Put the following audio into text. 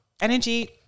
energy